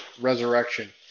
resurrection